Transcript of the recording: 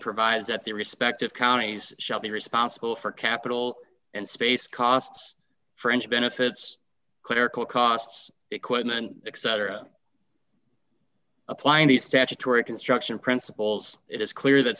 provided at the respective counties shall be responsible for capital and space costs for any benefits clerical costs equipment etc applying the statutory construction principles it is clear that